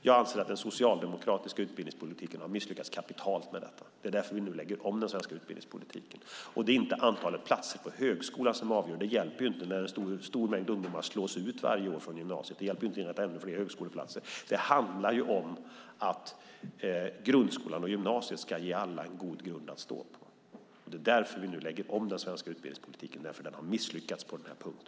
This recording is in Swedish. Jag anser att den socialdemokratiska utbildningspolitiken har misslyckats kapitalt med detta. Därför lägger vi nu om den svenska utbildningspolitiken. Det är inte antalet platser på högskolan som avgör. Det hjälper inte när en stor mängd ungdomar varje år slås ut från gymnasiet. Då hjälper det inte att ha ännu fler högskoleplatser. Det handlar om att grundskolan och gymnasiet ska ge alla en god grund att stå på. Vi lägger om den svenska utbildningspolitiken eftersom den misslyckats på den här punkten.